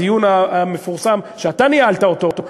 בדיון המפורסם שאתה ניהלת אותו,